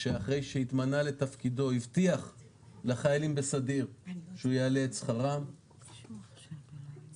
שאחרי שהתמנה לתפקידו הבטיח לחיילים בסדיר שהוא יעלה את שכרם.